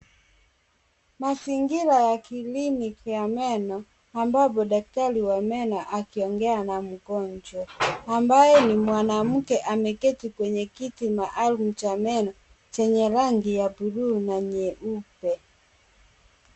Mazingira ya kliniki ya meno ambapo daktari wa meno akiongea na mgonjwa ambaye ni mwanamke ameketi kwenye kiti maalum cha meno chenye rangi ya blue na nyeupe.